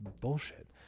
bullshit